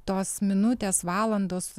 tos minutės valandos